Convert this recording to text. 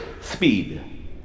speed